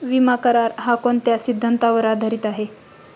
विमा करार, हा कोणत्या सिद्धांतावर आधारीत आहे?